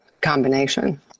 combination